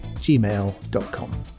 gmail.com